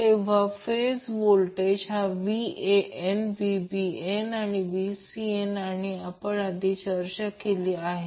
आणि प्रत्यक्षात v m √ 2 v rms मूल्य जे सिंगल फेज सर्किटसाठी पाहिले आहे